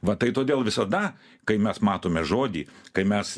va tai todėl visada kai mes matome žodį kai mes